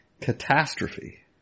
Catastrophe